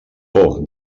por